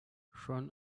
schon